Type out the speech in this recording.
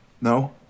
No